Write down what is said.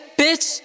bitch